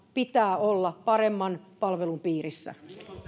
pitää olla paremman palvelun piirissä